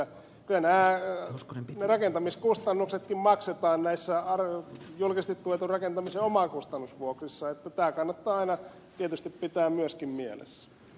kyllä nämä rakentamiskustannuksetkin maksetaan näissä julkisesti tuetun rakentamisen omakustannusvuokrissa tämä kannattaa aina tietysti pitää myöskin mielessä